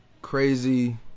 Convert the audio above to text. Crazy